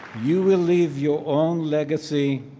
you will leave your own legacy.